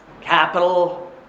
Capital